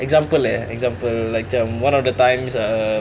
example eh example macam one of the times err